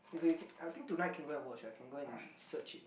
okay I think tonight can go and watch ah can go and search it